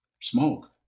smoke